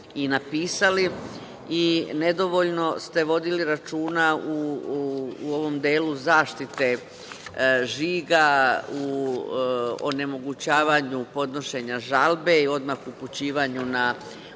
i napisali. Nedovoljno ste vodili računa u ovom delu zaštite žiga, u onemogućavanju podnošenja žalbe i odmah upućivanju na